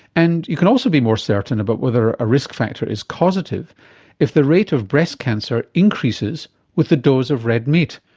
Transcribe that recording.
and you can also be more certain about whether a risk factor is causative if the rate of breast cancer increases with the dose of red meat.